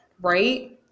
right